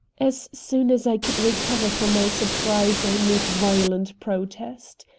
as soon as i could recover from my surprise, i made violent protest.